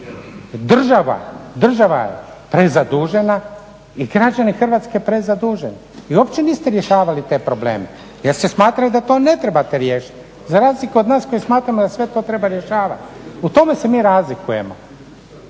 država je prezadužena i građani Hrvatske prezaduženi. Vi uopće niste rješavali te probleme jer ste smatrali da to ne trebate riješiti, za razliku od nas koji smatramo da sve to treba rješavati. U tome se mi razlikujemo.